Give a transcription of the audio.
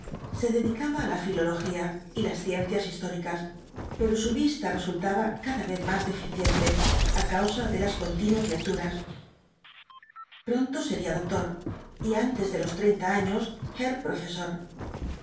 se dedicaba á la filología y las ciencias históricas pero su vista resultaba cada vez más deficiente á causa de las continuas lecturas pronto sería doctor y antes de ios treinta años herr professor